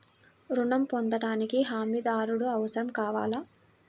ఋణం పొందటానికి హమీదారుడు అవసరం కావాలా?